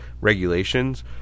regulations